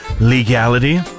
legality